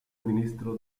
ministro